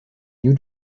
new